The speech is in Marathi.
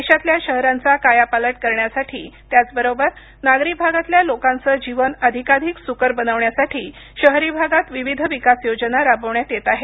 देशातल्या शहरांचा कायापालट करण्यासाठी त्याच बरोबर नागरी भागातल्या लोकांचं जीवन अधिकाधिक सुकर बनवण्यासाठी शहरी भागात विविध विकास योजना राबवण्यात येत आहेत